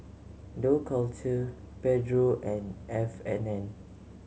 Dough Culture Pedro and F and N